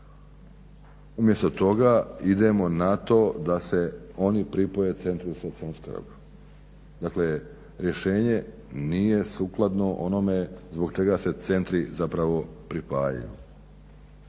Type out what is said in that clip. Umjesto toga idemo na to da se oni pripoje centru za socijalnu skrb. Dakle, rješenje nije sukladno onome zbog čega se centri zapravo pripajaju.